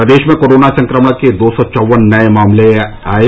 प्रदेश में कोरोना संक्रमण के दो सौ चौवन नए मामले सामने आये